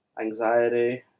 anxiety